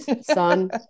son